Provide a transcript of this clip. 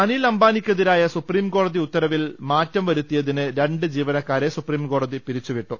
അനിൽ അംബാനിക്കെതിരായ സുപ്രീംകോടതി ഉത്തരവിൽ മാറ്റംവരുത്തിയതിന് രണ്ട് ജീവനക്കാരെ സുപ്രീംകോടതി പിരി ച്ചുവിട്ടു